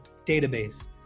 database